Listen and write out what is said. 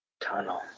tunnel